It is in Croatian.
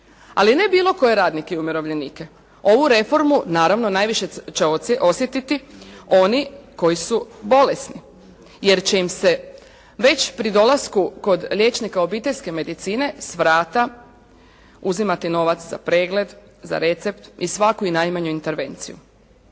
Ali ne bilo koje radnike i umirovljenike. Ovu reformu naravno najviše će osjetiti oni koji su bolesni jer će im se već pri dolasku kod liječnika obiteljske medicine s vrata uzimati novac za pregled, za recept i svaku i najmanju intervenciju.